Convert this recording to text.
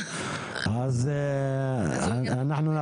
לו אתה